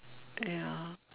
ya